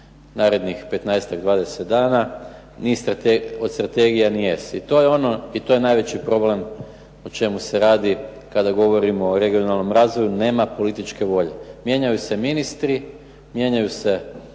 narednih 15, 20 dana od strategije ... I to je najveći problem o čemu se radi kada govorimo o regionalnom razvoju. Nema političke volje. Mijenjaju se ministri, mijenjaju se